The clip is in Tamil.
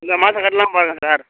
இந்த மாதம் கட்டலாம்னு பார்க்குறேன் சார்